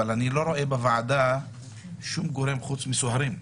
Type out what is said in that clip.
אבל אני לא רואה בוועדה שום גורם חוץ מסוהרים.